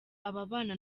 ababana